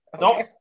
no